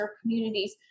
communities